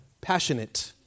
passionate